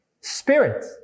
spirit